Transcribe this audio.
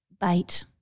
bait